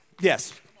Yes